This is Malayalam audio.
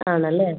ആണല്ലേ